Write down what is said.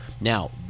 now